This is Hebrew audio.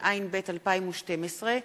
התשע"ב 2012,